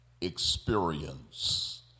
experience